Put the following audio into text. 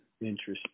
Interesting